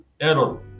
error